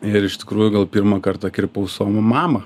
ir iš tikrųjų gal pirmą kartą kirpau savo mamą